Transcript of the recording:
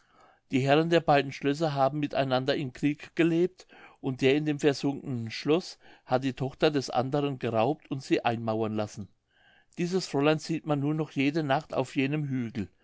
die herren der beiden schlösser haben mit einander in krieg gelebt und der in dem versunkenen schloß hat die tochter des anderen geraubt und sie einmauern lassen dieses fräulein sieht man nun noch jede nacht auf jenem hügel